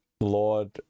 Lord